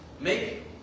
Make